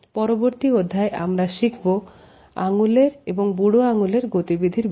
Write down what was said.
পরবর্তী অধ্যায়ে আমরা শিখব আঙ্গুলের এবং বুড়ো আঙ্গুলের গতিবিধির বিষয়